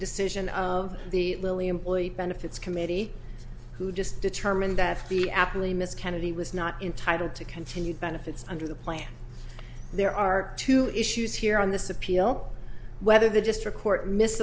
decision of the lilly employee benefits committee who just determined that the apple a miscarriage he was not entitle to continue benefits under the plan there are two issues here on this appeal whether the district court mis